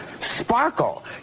sparkle